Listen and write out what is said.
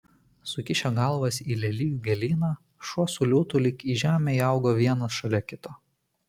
sukišę galvas į lelijų gėlyną šuo su liūtu lyg į žemę įaugo vienas šalia kito